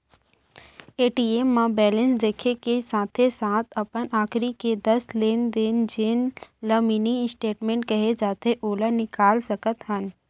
ATM म balance देखे के साथे साथ अपन आखरी के दस लेन देन जेन ल मिनी स्टेटमेंट कहे जाथे ओला निकाल सकत हन